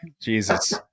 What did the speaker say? Jesus